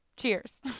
Cheers